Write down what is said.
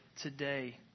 today